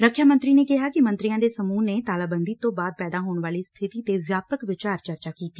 ਰੱਖਿਆ ਮੰਤਰੀ ਨੇ ਕਿਹਾ ਕਿ ਮੰਤਰੀਆਂ ਦੇ ਸਮੂਹ ਨੇ ਤਾਲਾਬੰਦੀ ਤੋਂ ਬਾਅਦ ਪੈਦਾ ਹੋਣ ਵਾਲੀ ਸਥਿਤੀ ਤੇ ਵਿਆਪਕ ਵਿਚਾਰ ਚਰਚਾ ਕੀਤੀ